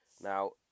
Now